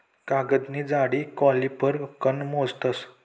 कागदनी जाडी कॉलिपर कन मोजतस